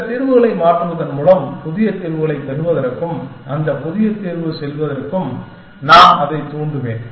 சில தீர்வுகளை மாற்றுவதன் மூலமும் புதிய தீர்வுகளைப் பெறுவதற்கும் அந்த புதிய தீர்வுக்குச் செல்வதற்கும் நான் அதைத் தூண்டுவேன்